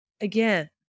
again